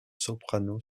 soprano